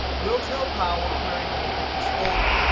we'll tell power query to look at this folder.